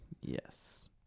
Yes